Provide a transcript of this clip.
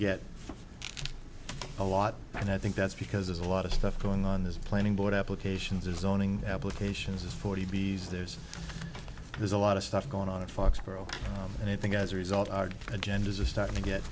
get a lot and i think that's because there's a lot of stuff going on this planning board applications is owning applications is forty b s there's there's a lot of stuff going on in foxborough and i think as a result our agendas are starting to get